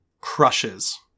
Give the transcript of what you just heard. crushes